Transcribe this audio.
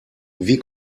wie